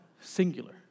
singular